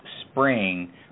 spring